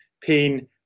pain